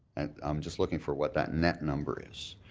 and i'm just looking for what that net number is.